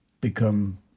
become